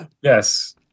Yes